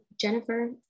Jennifer